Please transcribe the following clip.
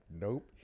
Nope